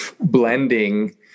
blending